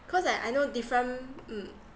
cause like I know different mm